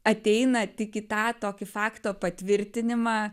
ateina tik į tą tokį fakto patvirtinimą